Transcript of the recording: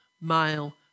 male